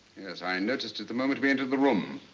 yes. i and noticed it the moment we entered the room.